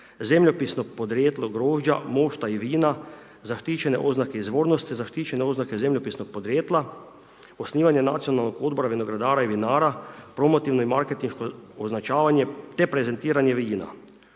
zemljopisnog podrijetla grožđa, mošta i vina, zaštićene oznake izvornosti, zaštićene oznake zemljopisnog podrijetla, osnivanje nacionalnog odbora vinogradara i vinara, promotivno i marketinško označavanje te prezentiranje vina.